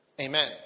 Amen